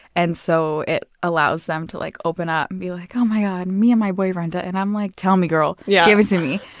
and so it allows them to like open up and be like, oh my god, me and my boyfriend. ah and i'm like, tell me, gurl. yeah give it to me.